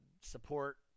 support